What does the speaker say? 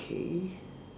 okay